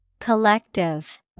Collective